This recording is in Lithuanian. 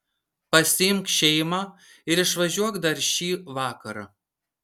pasiimk šeimą ir išvažiuok dar šį vakarą